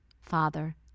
father